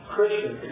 Christian